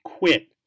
quit